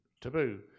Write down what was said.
taboo